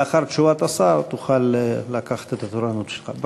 לאחר תשובת השר תוכל לקחת את התורנות שלך.